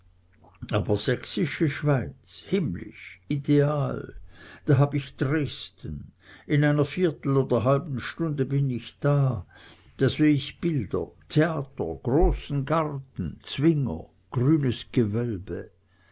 aber sächsische schweiz himmlisch ideal da hab ich dresden in einer viertel oder halben stunde bin ich da da seh ich bilder theater großen garten zwinger grünes gewölbe